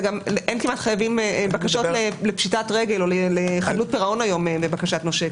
גם אין כמעט בקשות לפשיטת רגל או לחילוט פירעון היום לבקשת נושה.